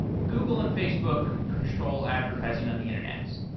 google and facebook control advertising on the internet.